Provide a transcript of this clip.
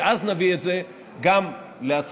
ואז נביא את זה גם להצבעה.